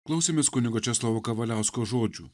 klausėmės kunigo česlovo kavaliausko žodžių